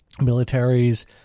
militaries